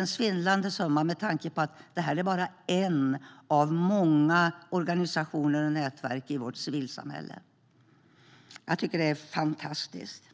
en svindlande summa med tanke på att det här bara är en av många organisationer och nätverk i vårt civilsamhälle. Jag tycker att det är fantastiskt.